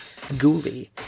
Ghoulie